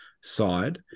side